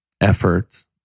effort